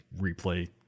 replay